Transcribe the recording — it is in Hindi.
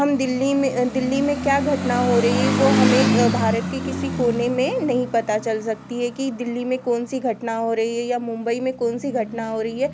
हम दिल्ली में दिल्ली में क्या घटना हो रही वह हम एक भारत कि किसी कोने में नहीं पता चल सकती है कि दिल्ली में कौन सी घटना हो रही है या मुम्बई में कौन सी घटना हो रही है